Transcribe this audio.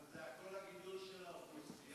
אבל הכול זה הגידול של האוכלוסייה.